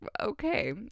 okay